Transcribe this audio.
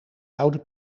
oude